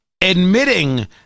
admitting